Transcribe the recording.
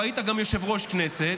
והיית גם יושב-ראש כנסת,